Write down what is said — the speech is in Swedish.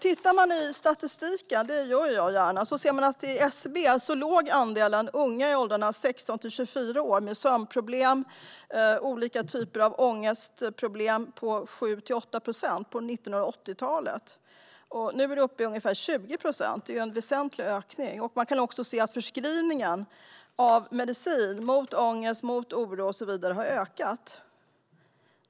Tittar man i statistiken - och det gör jag gärna - ser man att andelen unga i åldrarna 16-24 som hade sömnproblem och olika typer av ångestproblem enligt SCB låg på 7-8 procent på 1980-talet, och nu är siffran ungefär 20 procent. Det är en väsentlig ökning, och man kan se att förskrivningen av medicin mot ångest, oro och så vidare har ökat.